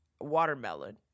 watermelon